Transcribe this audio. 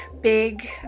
big